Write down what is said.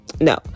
no